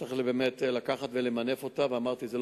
צריך באמת לקחת ולמנף אותה, ואמרתי את זה.